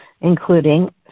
including